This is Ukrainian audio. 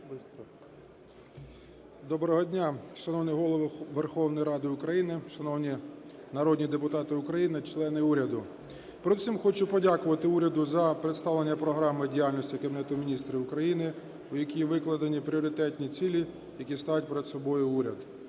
Доброго дня, шановний Голово Верховної Ради України, шановні народні депутати України, члени уряду! Передусім хочу подякувати уряду за представлення Програми діяльності Кабінету Міністрів України, в якій викладені пріоритетні цілі, які ставить перед собою уряд.